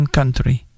Country